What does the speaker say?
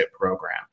program